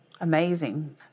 amazing